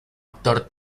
actor